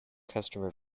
customer